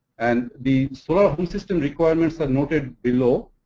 and the solar home system requirements are noted below.